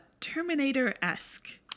Terminator-esque